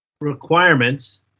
Requirements